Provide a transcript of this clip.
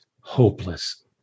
hopeless